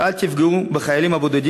אפס.